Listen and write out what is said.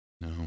No